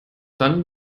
dann